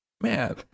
man